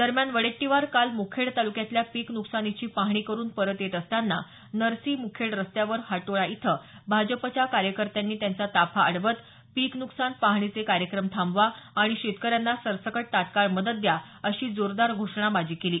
दरम्यान वडेट्टीवार काल मुखेड तालुक्यातल्या पिक नुकसानीची पाहणी करून परत येत असतांना नरसी मुखेड रस्त्यावर होटाळा इथं भाजपच्या कार्यकर्त्यांनी त्यांचा ताफा अडवत पिक नुकसान पाहणीचे कार्यक्रम थांबवा आणि शेतकऱ्यांना सरसकट तात्काळ मदत द्या अशी जोरदार घोषणाबाजी केली